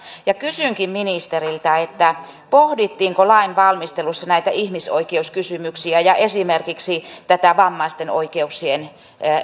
kysynkin ministeriltä pohdittiinko lain valmistelussa näitä ihmisoikeuskysymyksiä ja esimerkiksi tätä vammaisten oikeuksien